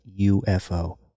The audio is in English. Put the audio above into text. UFO